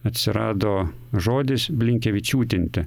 atsirado žodis blinkevičiūtinti